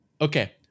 okay